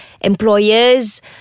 employers